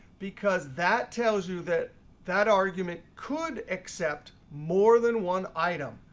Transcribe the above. because that tells you that that argument could accept more than one item.